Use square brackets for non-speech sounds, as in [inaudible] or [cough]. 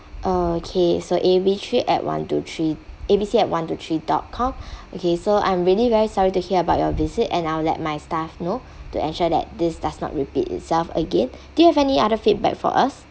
okay so A B C at one two three A B C at one to three dot com [breath] okay so I'm really very sorry to hear about your visit and I'll let my staff know to ensure that this does not repeat itself again do you have any other feedback for us